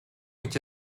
үед